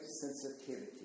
sensitivity